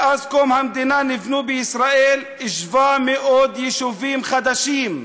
מאז קום המדינה נבנו בישראל 700 יישובים חדשים.